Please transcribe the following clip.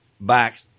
back